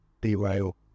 derail